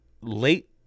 late